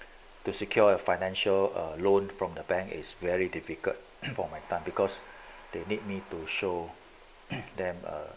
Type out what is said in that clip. to secure a financial err loan from the bank is very difficult for my time because they need me to show them a